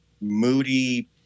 moody